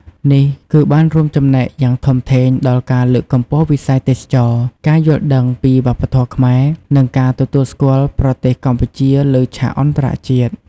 នេះគឺបានរួមចំណែកយ៉ាងធំធេងដល់ការលើកកម្ពស់វិស័យទេសចរណ៍ ការយល់ដឹងពីវប្បធម៌ខ្មែរ និងការទទួលស្គាល់ប្រទេសកម្ពុជាលើឆាកអន្តរជាតិ។